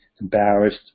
embarrassed